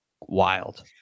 wild